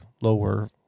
lower